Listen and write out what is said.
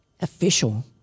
official